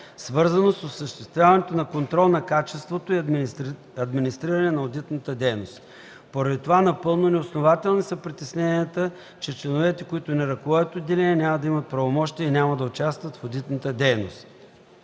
свързано с осъществяването на контрол на качеството и администриране на одитната дейност. Поради това напълно неоснователни са притесненията, че членовете, които не ръководят отделения, няма да имат правомощия и няма да участват в одитната дейност.